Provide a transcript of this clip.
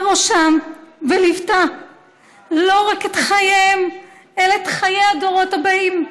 ראשם וליוותה לא רק את חייהם אלא את חיי הדורות הבאים.